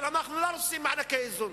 אנחנו לא רוצים מענקי איזון,